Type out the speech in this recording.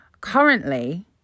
currently